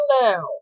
now